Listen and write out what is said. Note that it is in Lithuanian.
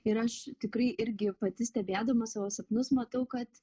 ir aš tikrai irgi pati stebėdama savo sapnus matau kad